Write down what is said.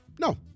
No